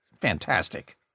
Fantastic